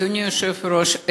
אדוני היושב-ראש,